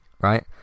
Right